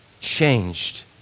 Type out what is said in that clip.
changed